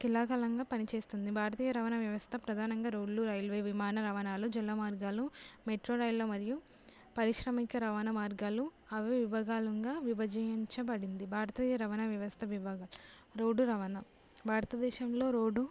కిలాాకాలంగా పనిచేస్తుంది భారతీయ రవాణా వ్యవస్థ ప్రధానంగా రోడ్లు రైల్వే విమాన రవాణాలు జల మార్గాలు మెట్రో రైళ్ళు మరియు పారిశ్రామిక రవాణా మార్గాలు అనే విభాగాలుగా విభజించబడింది భారతీయ రవాణా వ్యవస్థ విభాగాలు రోడ్డు రవాణా భారతదేశంలో రోడ్డు